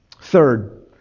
Third